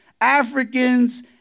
Africans